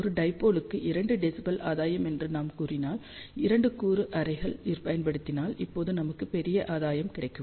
ஒரு டைபோலுக்கு 2 dB ஆதாயம் என்று நாம் கூறினால் 2 கூறு அரேகளைப் பயன்படுத்தினால் இப்போது நமக்கு பெரிய ஆதாயம் கிடைக்கும்